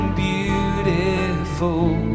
beautiful